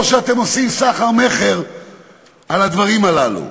או שאתם עושים סחר-מכר על הדברים הללו.